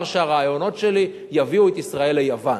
שהרעיונות שלי יביאו את ישראל ליוון.